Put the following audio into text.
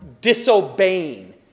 disobeying